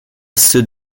ceux